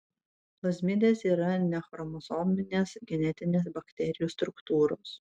plazmidės yra nechromosominės genetinės bakterijų struktūros